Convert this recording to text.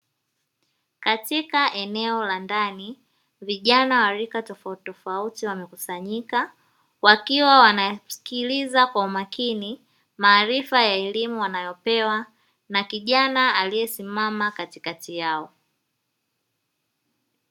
Katika eneo la ndani vijana wa rika tofauti tofauti wamekusanyika, wakiwa wanasikiliza Kwa makini maarifa ya elimu wanayopewa na kijana aliyesimama katikati yao.